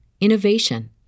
innovation